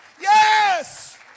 Yes